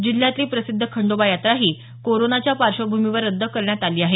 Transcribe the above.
जिल्ह्यातली प्रसिद्ध खंडोबा यात्राही कोरोनाच्या पार्श्वभूमीवर रद्द करण्यात आली आहे